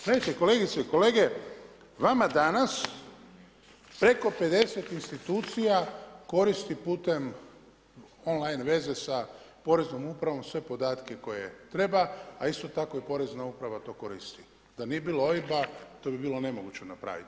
Gledajte kolegice i kolege, vama danas preko 50 institucija koristi putem online veze sa poreznom upravom sve podatke koje treba a isto tako porezna uprava to koristi, da nije bilo OIB-a, to bi bilo nemoguće napraviti.